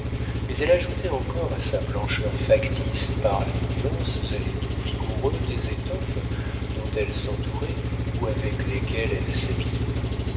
mais elle ajoutait encore à sa blancheur factice par les nuances et les tons vigoureux des étoffes dont elle s'entourait ou avec lesquelles elle s'habillait